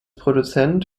produzent